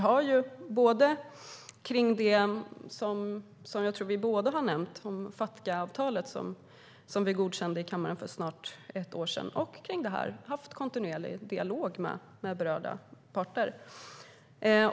När det gäller det vi båda har nämnt, det vill säga Fatca-avtalet, som vi godkände i kammaren för snart ett år sedan, och det här har vi haft en kontinuerlig dialog med berörda parter.